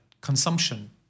consumption